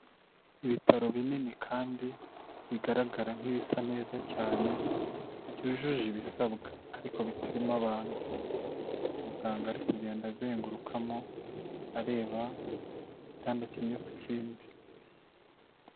Ibitaro binini kandi bigaragara nk'ibisa neza cyane byujuje ibisabwa ariko bitarimo abantu, umuganga ari kugenda azengurukamo areba igitanda kimwe ku kindi.